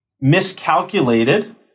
miscalculated